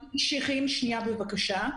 שנייה, בבקשה.